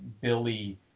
billy